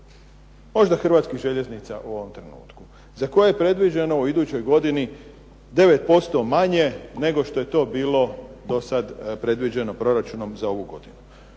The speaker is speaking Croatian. možda Hrvatskih željeznica u ovom trenutku, za koje je predviđeno u idućoj godini 9% manje, nego što je to bilo dosad predviđeno proračunom za ovud godinu.